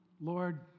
Lord